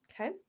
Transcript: okay